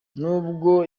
nubwo